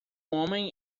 homem